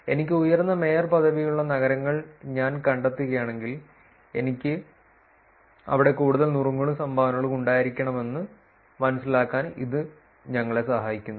എനിക്ക് ഉയർന്ന മേയർ പദവിയുള്ള നഗരങ്ങൾ ഞാൻ കണ്ടെത്തുകയാണെങ്കിൽ എനിക്ക് കണ്ടെത്താനാകും അവിടെ കൂടുതൽ നുറുങ്ങുകളും സംഭാവനകളും ഉണ്ടായിരിക്കണമെന്ന് മനസ്സിലാക്കാൻ ഇത് ഞങ്ങളെ സഹായിക്കുന്നു